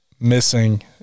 missing